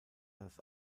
das